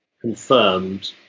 confirmed